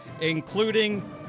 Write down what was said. including